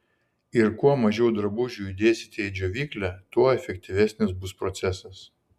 ir kuo mažiau drabužių įdėsite į džiovyklę tuo efektyvesnis bus procesas